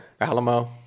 Alamo